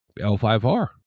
L5R